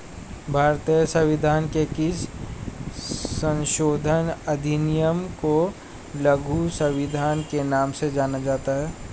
भारतीय संविधान के किस संशोधन अधिनियम को लघु संविधान के नाम से जाना जाता है?